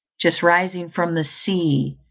just rising from the sea,